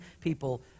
people